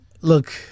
look